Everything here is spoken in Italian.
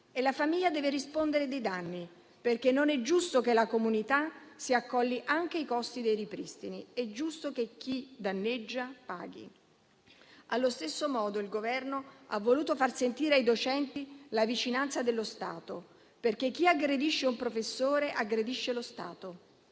E la famiglia deve rispondere dei danni, perché non è giusto che la comunità si accolli anche i costi dei ripristini: è giusto che chi danneggia paghi. Allo stesso modo, il Governo ha voluto far sentire ai docenti la vicinanza dello Stato. Chi aggredisce un professore, infatti, aggredisce lo Stato.